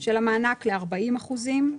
של המענק ל-40 אחוזים.